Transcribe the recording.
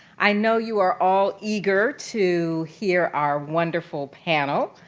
i know you are all eager to hear our wonderful panel,